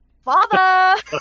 Father